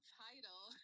title